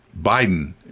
Biden